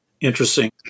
Interesting